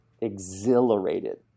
exhilarated